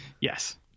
Yes